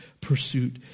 pursuit